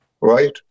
Right